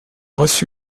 reçu